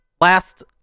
Last